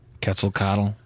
Quetzalcoatl